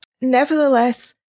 nevertheless